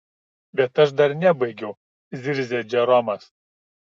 bet aš dar nebaigiau zirzė džeromas